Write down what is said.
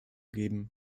gegeben